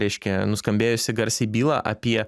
reiškia nuskambėjusi garsiai byla apie